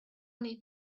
need